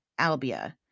Albia